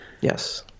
Yes